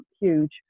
huge